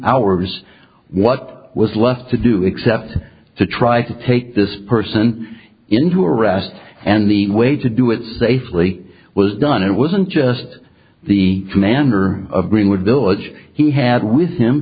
hours what was left to do except to try to take this person into arrest and the way to do it safely was done it wasn't just the commander of greenwood village he had with him